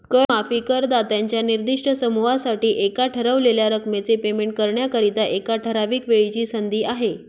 कर माफी करदात्यांच्या निर्दिष्ट समूहासाठी एका ठरवलेल्या रकमेचे पेमेंट करण्याकरिता, एका ठराविक वेळेची संधी आहे